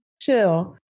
chill